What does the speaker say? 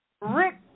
Rick